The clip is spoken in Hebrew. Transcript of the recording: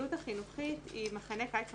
הפעילות החינוכית היא מחנה קיץ,